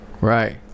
Right